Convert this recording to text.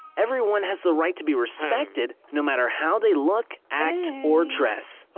everyone has the right to be respected no matter how they look, act, or dress.